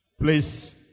please